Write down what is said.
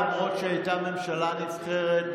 למרות שהיא הייתה ממשלה נבחרת,